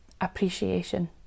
appreciation